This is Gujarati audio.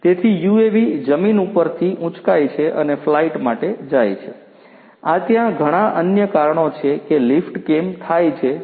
તેથી યુએવી જમીન પરથી ઉંચકાય છે અને ફ્લાઇટ માટે જાય છે આ ત્યાં ઘણા અન્ય કારણો છે કે લીફ્ટ કેમ થાય છે તેમાનું એક કારણ છે